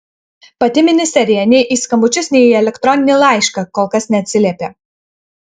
pati ministerija nei į skambučius nei į elektroninį laišką kol kas neatsiliepė